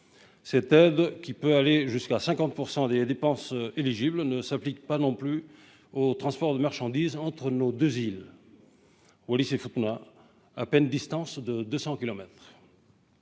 Cette aide, qui peut aller jusqu'à 55 % des dépenses éligibles, ne s'applique pas non plus au transport de marchandises entre nos deux îles, Wallis et Futuna, à peine distantes de 200